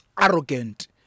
arrogant